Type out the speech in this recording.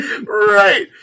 Right